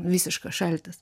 visiškas šaltis